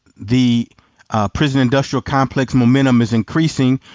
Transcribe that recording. the prison industrial complex momentum is increasing.